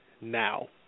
now